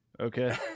okay